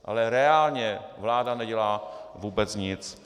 Ale reálně vláda nedělá vůbec nic.